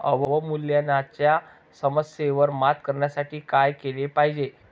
अवमूल्यनाच्या समस्येवर मात करण्यासाठी काय केले पाहिजे?